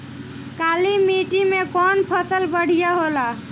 काली माटी मै कवन फसल बढ़िया होला?